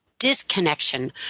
disconnection